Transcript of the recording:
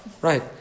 Right